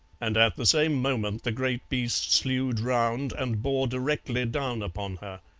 and at the same moment the great beast slewed round and bore directly down upon her.